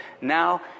now